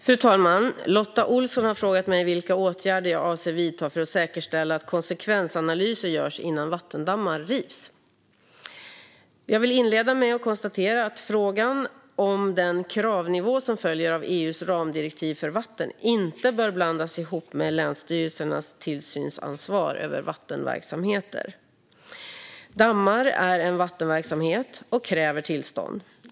Fru talman! Lotta Olsson har frågat mig vilka åtgärder jag avser att vidta för att säkerställa att konsekvensanalyser görs innan vattendammar rivs. Jag vill inleda med att konstatera att frågan om den kravnivå som följer av EU:s ramdirektiv för vatten inte bör blandas ihop med länsstyrelsernas tillsynsansvar över vattenverksamheter. Dammar är en vattenverksamhet och kräver tillstånd.